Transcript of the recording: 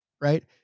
Right